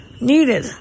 needed